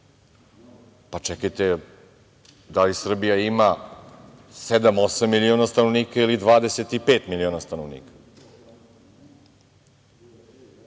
Pa čekajte, da li Srbija ima sedam, osam miliona stanovnika ili 25 miliona stanovnika?